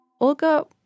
Olga